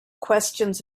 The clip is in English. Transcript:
questions